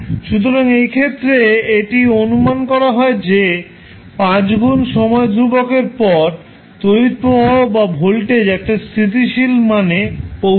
সুতরাং এই ক্ষেত্রে এই অনুমান করা হয় যে 5 গুণ সময় ধ্রুবকের পরে তড়িৎ প্রবাহ বা ভোল্টেজ একটা স্থিতিশীল মানে পৌঁছায়